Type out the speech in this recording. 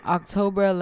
October